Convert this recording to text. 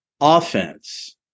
offense